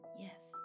yes